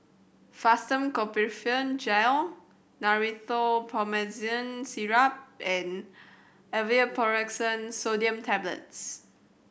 Fastum Ketoprofen Gel Rhinathiol Promethazine Syrup and Aleve Naproxen Sodium Tablets